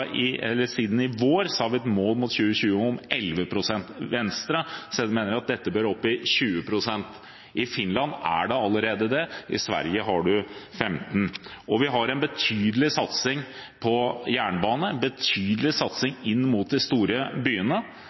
siden i vår har vi hatt et mål om 11 pst. innen 2020. Venstre mener at dette bør opp i 20 pst. I Finland er det allerede det, og i Sverige er det 15 pst. Vi har en betydelig satsing på jernbane, en betydelig satsing inn mot de store byene.